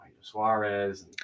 Suarez